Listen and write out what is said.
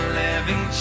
living